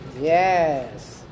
Yes